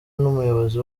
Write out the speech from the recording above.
n’umuyobozi